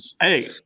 Hey